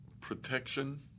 protection